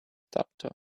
daughter